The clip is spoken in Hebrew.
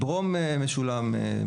ברום משולם.